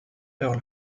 earl